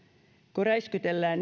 kun räiskytellään